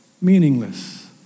meaningless